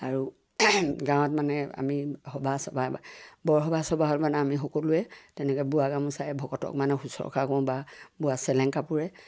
আৰু গাঁৱত মানে আমি সভা চভা বৰসভা চবাহত মানে আমি সকলোৱে তেনেকৈ বোৱা গামোচাই ভকতক মানে শুশ্ৰূষা কৰোঁ বা বোৱা চেলেংকাপুৰে